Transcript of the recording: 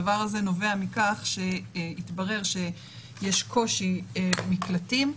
השבר הזה נובע מכך שהתברר שיש קושי במקלטים.